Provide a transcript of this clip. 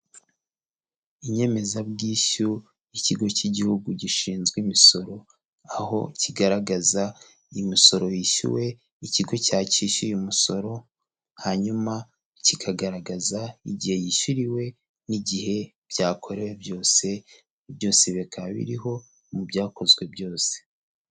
nyemezabwishyu, ikigo cy'igihugu gishinzwe imisoro, aho kigaragaza imisoro yishyuwe, ikigo kishyuye umusoro, hanyuma kikagaragaza igihe yishyuriwe n'igihe byakorewe byose, byose bikaba biriho mu byakozwe byose.